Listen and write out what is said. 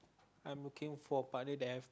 I'm looking for partner that have